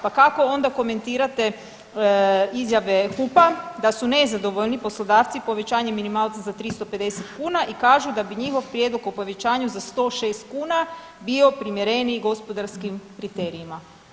Pa kako onda komentirate izjave HUP-a da su nezadovoljni poslodavci povećanjem minimalca za 350 kuna i kažu da bi njihov prijedlog o povećanju za 106 kuna bio primjereniji gospodarskim kriterijima.